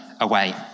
away